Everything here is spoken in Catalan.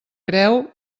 creu